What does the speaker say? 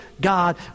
God